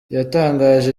yatangaje